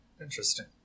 Interesting